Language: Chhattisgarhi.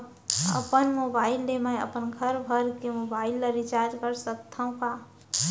अपन मोबाइल ले मैं अपन घरभर के मोबाइल ला रिचार्ज कर सकत हव का?